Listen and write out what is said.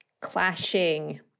clashing